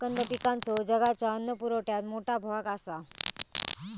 कंद पिकांचो जगाच्या अन्न पुरवठ्यात मोठा भाग आसा